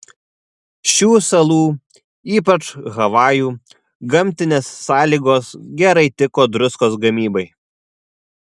šių salų ypač havajų gamtinės sąlygos gerai tiko druskos gamybai